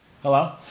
Hello